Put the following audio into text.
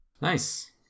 Nice